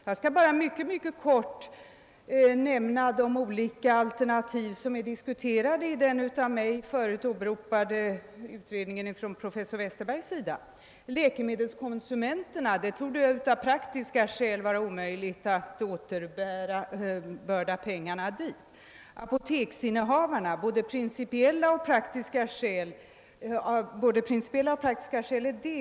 Jag skall i all korthet nämna de olika alternativ som diskuterats i den av mig förut åberopade utredningen av profes sor Westerberg. Till läkemedelskonsumenterna torde det av praktiska skäl vara omöjligt att återbörda pengarna. Av både principiella och praktiska skäl är det uteslutet att apoteksinnehavarna får dem.